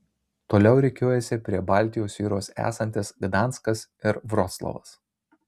toliau rikiuojasi prie baltijos jūros esantis gdanskas ir vroclavas